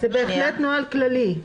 זה בהחלט נוהל כללי.